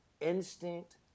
instinct